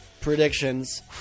predictions